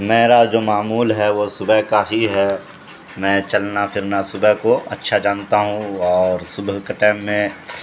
میرا جو معمول ہے وہ صبح کا ہی ہے میں چلنا پھرنا صبح کو اچھا جانتا ہوں اور صبح کے ٹائم میں